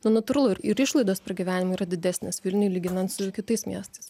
na natūralu ir ir išlaidos pragyvenimui yra didesnės vilniuj lyginant su kitais miestais